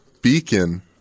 beacon